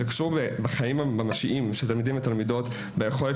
זה קשור בחיים ממשיים של תלמידים ותלמידות; ביכולת